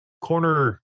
corner